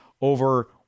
over